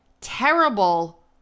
terrible